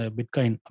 Bitcoin